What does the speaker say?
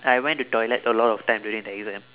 I went to toilet a lot of times during the exam